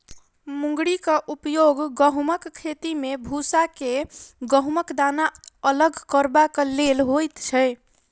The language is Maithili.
मुंगरीक उपयोग गहुमक खेती मे भूसा सॅ गहुमक दाना अलग करबाक लेल होइत छै